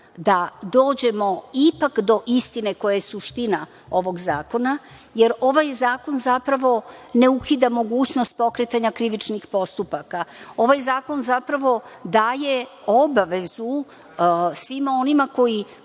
da dođemo ipak do istine koja je suština ovog zakona, jer ovaj zakon zapravo ne ukida mogućnost pokretanja krivičnih postupaka. Ovaj zakon, zapravo daje obavezu svima onima koji